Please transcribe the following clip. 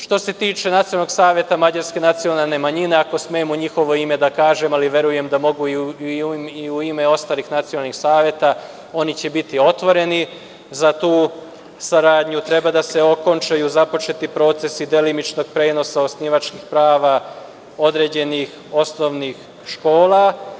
Što se tiče Nacionalnog saveta mađarske nacionalne manjine, ako smem u njihovo ime da kažem, a verujem da mogu i u ime ostalih nacionalnih saveta, oni će biti otvoreni za tu saradnju, treba da se okončaju započeti procesi delimičnog prenosa osnivačkih prava određenih osnovnih škola.